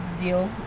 deal